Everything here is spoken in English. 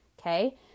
okay